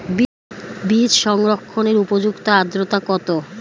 বীজ সংরক্ষণের উপযুক্ত আদ্রতা কত?